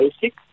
basic